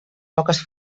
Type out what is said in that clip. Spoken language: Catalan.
poques